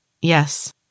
Yes